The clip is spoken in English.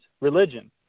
religion